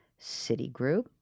Citigroup